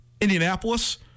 Indianapolis